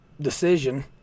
decision